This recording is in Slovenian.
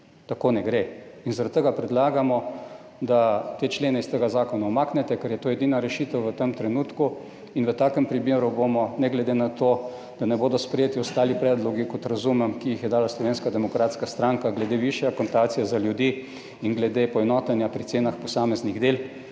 Tako ne gre. In zaradi tega predlagamo, da te člene iz tega zakona umaknete, ker je to edina rešitev v tem trenutku. In v takem primeru bomo ne glede na to, da ne bodo sprejeti ostali predlogi, kot razumem, ki jih je dala Slovenska demokratska stranka glede višje akontacije za ljudi in glede poenotenja pri cenah posameznih del,